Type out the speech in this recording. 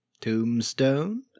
Tombstone